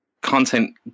content